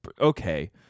Okay